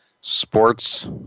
sports